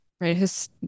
right